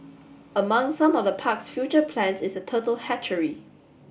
among some of the park's future plans is a turtle hatchery